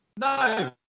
No